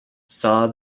saw